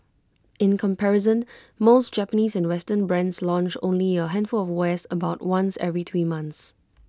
in comparison most Japanese and western brands launch only A handful of wares about once every three months